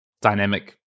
dynamic